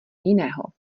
jiného